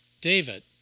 David